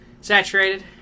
Saturated